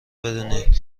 بدونین